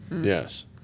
yes